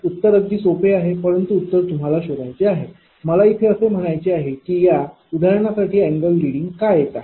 उत्तर अगदी सोपे आहे परंतु उत्तर तुम्हाला शोधायचे आहे मला इथे असे म्हणायचे आहे की या उदाहरणासाठी अँगल लिडिंग का येत आहे